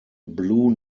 blue